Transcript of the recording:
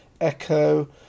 ECHO